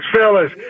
fellas